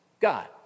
God